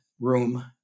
room